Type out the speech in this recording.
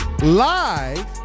live